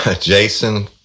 Jason